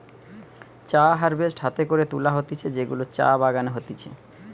চা হারভেস্ট হাতে করে তুলা হতিছে যেগুলা চা বাগানে হতিছে